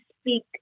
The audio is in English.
speak